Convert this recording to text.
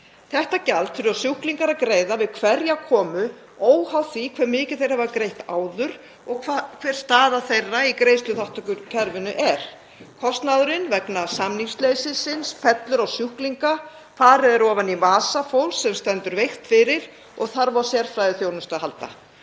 Þetta gjald þurfa sjúklingar að greiða við hverja komu, óháð því hve mikið þeir hafa greitt áður og hver staða þeirra í greiðsluþátttökukerfinu er. Kostnaðurinn vegna samningsleysisins fellur á sjúklinga. Farið er ofan í vasa fólks sem er veikt fyrir og þarf á sérfræðiþjónustu að halda.